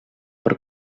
per